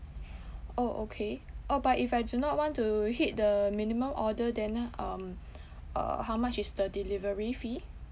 orh okay orh but if I do not want to hit the minimum order then um uh how much is the delivery fee